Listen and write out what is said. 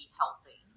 healthy